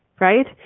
right